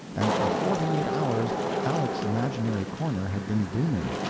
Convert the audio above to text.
and for forty-eight hours aleck's imaginary corner had been booming.